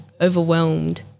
overwhelmed